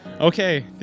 okay